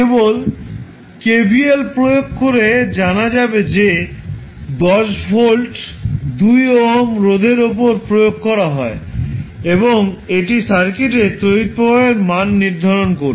কেবল KVL প্রয়োগ করে জানা যাবে যে 10 ভোল্ট 2 ওহম রোধের ওপর প্রয়োগ করা হয় এবং এটি সার্কিটের তড়িৎ প্রবাহের মান নির্ধারণ করবে